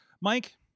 Mike